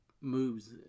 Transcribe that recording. moves